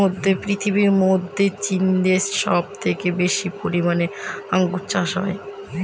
পৃথিবীর মধ্যে চীন দেশে সব থেকে বেশি পরিমানে আঙ্গুর চাষ হয়